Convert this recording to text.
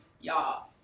Y'all